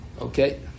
Okay